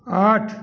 आठ